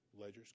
Ledger's